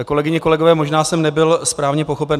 Kolegyně a kolegové, možná jsem nebyl správně pochopen.